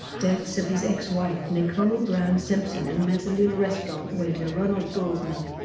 deaths of his ex-wife nicole brown simpson and mezzaluna restaurant waiter ronald goldman.